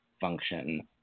function